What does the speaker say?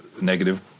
negative